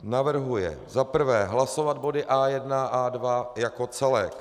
Navrhuje za prvé hlasovat body A1, A2 jako celek.